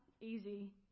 easy